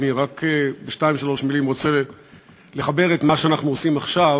אני רק בשתיים-שלוש מילים רוצה לחבר את מה שאנחנו עושים עכשיו